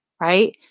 right